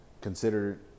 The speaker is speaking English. Consider